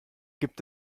gibt